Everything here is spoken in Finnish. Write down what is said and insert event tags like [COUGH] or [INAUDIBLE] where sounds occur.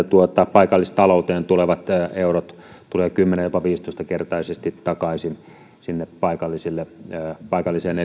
paikallistalouteen eurot tulevat kymmenen jopa viisitoista kertaisesti takaisin sinne paikalliseen [UNINTELLIGIBLE]